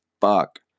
fuck